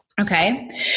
Okay